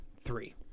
three